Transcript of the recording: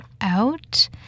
out